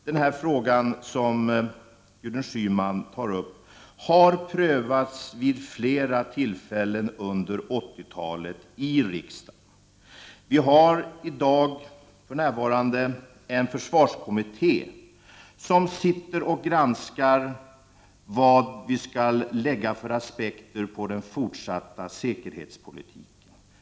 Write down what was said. Den frågan som Gudrun Schyman tar upp har prövats vid flera tillfällen av riksdagen under 1980-talet. I dag utreder en försvarskommitté vilka aspekter vi bör lägga på den fortsatta säkerhetspolitiken.